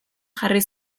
jarri